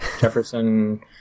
Jefferson